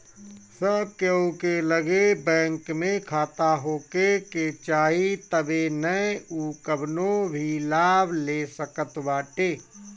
सब केहू के लगे बैंक में खाता होखे के चाही तबे नअ उ कवनो भी लाभ ले सकत बाटे